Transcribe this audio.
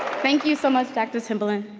thank you so much dr. timberland.